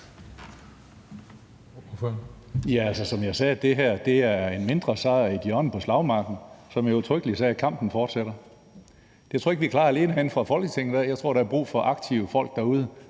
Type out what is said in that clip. Ja, altså, som jeg sagde, er det her en mindre sejr i et hjørne på slagmarken. Og som jeg jo udtrykkeligt sagde: Kampen fortsætter. Det tror jeg ikke vi klarer alene herinde fra Folketinget af; jeg tror, der er brug for aktive folk derude,